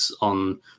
on